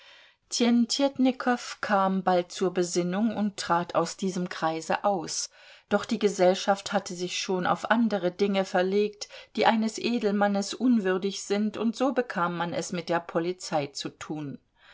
tjentjetnikow kam bald zur besinnung und trat aus diesem kreise aus doch die gesellschaft hatte sich schon auf andere dinge verlegt die eines edelmannes unwürdig sind und so bekam man es mit der polizei zu tun